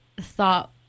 thought